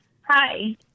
Hi